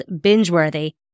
binge-worthy